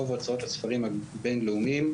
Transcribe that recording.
רוב הוצאות הספרים הבין לאומיות,